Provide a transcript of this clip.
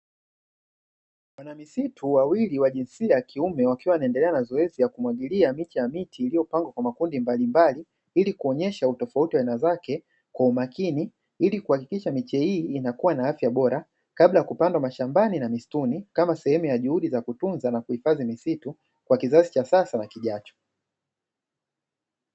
Wana misitu wawili wa jinsia ya kiume, wakiwa wanaendelea na zoezi la kumwagilia miche ya miti iliyopangwa kwa makundi mbalimbali, ili kuonyesha utofauti wa aina zake kwa umakini, ili kuhakikisha miche hii inakua na afya bora kabla ya kupandwa mashambani na misituni; kama sehemu ya juhudi za kutunza na kuhifadhi misitu kwa kizazi cha sasa na kijacho.